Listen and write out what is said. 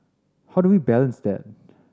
how do we balance that